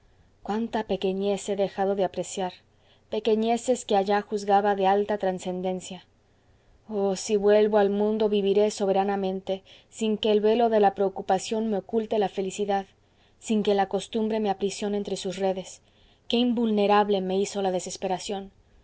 cuánta pequeñez he dejado de apreciar pequeñeces que allá juzgaba de alta transcendencia oh si vuelvo al mundo viviré soberanamente sin que el velo de la preocupación me oculte la felicidad sin que la costumbre me aprisione entre sus redes qué invulnerable me hizo la desesperación